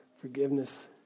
forgiveness